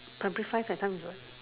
primary five that time is what